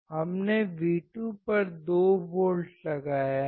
हमने V2 पर 2 volt लगाया है